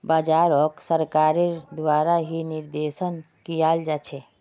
बाजारोक सरकारेर द्वारा ही निर्देशन कियाल जा छे